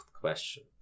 question